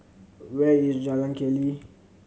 where is Jalan Keli